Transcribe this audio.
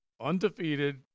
undefeated